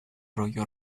rollo